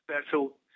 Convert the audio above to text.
special